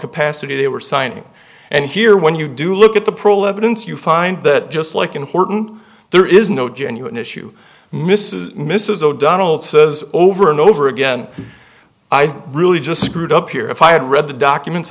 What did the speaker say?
capacity they were signing and here when you do look at the pro lebanon's you find that just like in horton there is no genuine issue mrs mrs o'donnell says over and over again i've really just screwed up here if i had read the documents